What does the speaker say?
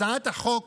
הצעת החוק